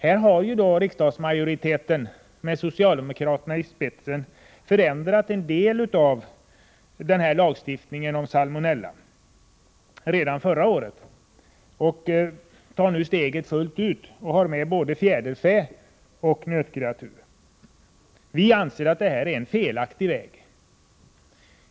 På den punkten har riksdagsmajoriteten, med socialdemokraterna i spetsen, redan förra året förändrat en del av lagstiftningen om salmonella. Nu tar man steget fullt ut och inkluderar både fjäderfä och nötkreatur. Det anser vi är en felaktig väg.